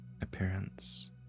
appearance